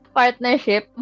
partnership